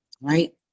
right